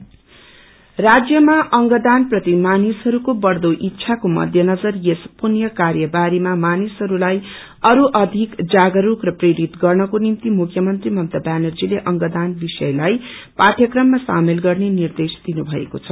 बोडी donation राज्यमा अंगदान प्राति मानिसहरूको बढ़दो इच्छाको मध्यनजर यस पुण्य कार्य बारेमा मानिसहरूलाई अरू अधिक जागस्क र प्रेरित गर्नको निम्ति मुख्यमन्त्री ममता ब्यानर्जीले अंगदान विषयलाई पाठयक्रममा शामेल गर्ने निर्देश दिनुभएको छ